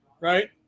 right